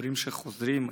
סיפורים שחוזרים,